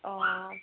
অঁ